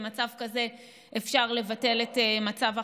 במצב כזה אפשר לבטל את מצב החירום.